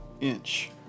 inch